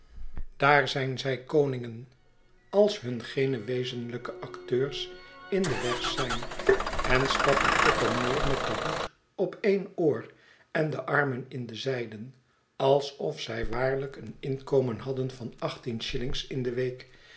daar zijn zij koningen als hun geene wezenlijke acteurs in den weg zijn en stappen op en neer met den hoed op een oor en de armen in de zijden alsof zij waarlijk een inkomen hadden van achttien shillings in de week